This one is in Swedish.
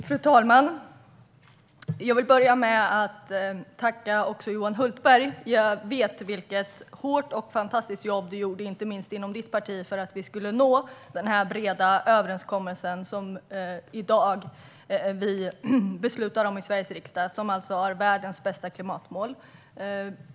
Fru talman! Jag vill börja med att tacka Johan Hultberg. Jag vet vilket hårt och fantastiskt jobb du gjorde - inte minst inom ditt parti - för att vi skulle nå den breda överenskommelse vi nu beslutar om i Sveriges riksdag, Johan. Den innehåller alltså världens bästa klimatmål.